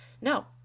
no